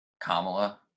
Kamala